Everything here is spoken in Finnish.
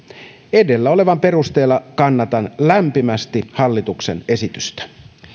edellä olevan perusteella kannatan lämpimästi hallituksen esitystä